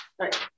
right